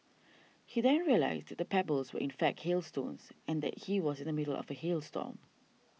he then realised that the pebbles were in fact hailstones and he was in the middle of a hail storm